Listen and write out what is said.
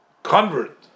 Convert